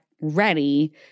ready